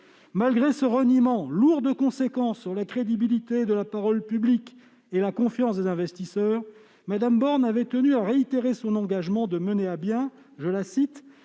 malgré ce reniement lourd de conséquences pour la crédibilité de la parole publique et la confiance des investisseurs, Mme Borne avait tenu à réitérer son engagement de mener à bien « la